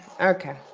Okay